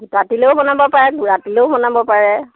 গোটা তিলেও বনাব পাৰে গুড়া তিলেও বনাব পাৰে